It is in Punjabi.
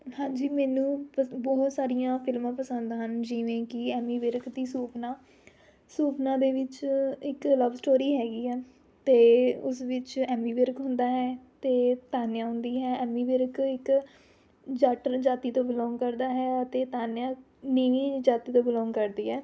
ਹਾਂਜੀ ਮੈਨੂੰ ਪਸ ਬਹੁਤ ਸਾਰੀਆਂ ਫਿਲਮਾਂ ਪਸੰਦ ਹਨ ਜਿਵੇਂ ਕਿ ਐਮੀ ਵਿਰਕ ਦੀ ਸੁਪਨਾ ਸੁਪਨਾ ਦੇ ਵਿੱਚ ਇੱਕ ਲਵ ਸਟੌਰੀ ਹੈਗੀ ਆ ਅਤੇ ਉਸ ਵਿੱਚ ਐਮੀ ਵਿਰਕ ਹੁੰਦਾ ਹੈ ਅਤੇ ਤਾਨੀਆ ਹੁੰਦੀ ਹੈ ਐਮੀ ਵਿਰਕ ਇੱਕ ਜੱਟ ਜਾਤੀ ਤੋਂ ਬਿਲੌਗ ਕਰਦਾ ਹੈ ਅਤੇ ਤਾਨੀਆ ਨੀਵੀਂ ਜਾਤੀ ਤੋਂ ਬਿਲੌਗ ਕਰਦੀ ਹੈ